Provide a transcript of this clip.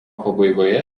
pabaigoje